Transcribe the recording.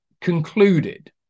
concluded